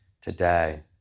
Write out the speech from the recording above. today